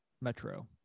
Metro